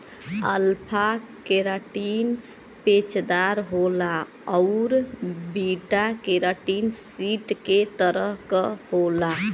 alpha keratin पेचदार होला आउर बीटा केराटिन सीट के तरह क होला